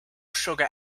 sugar